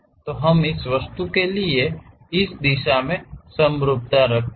तो हम इस वस्तु के लिए इस दिशा में समरूपता रखते हैं